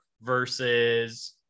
versus